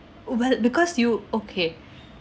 well because you okay